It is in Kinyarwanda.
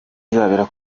izabera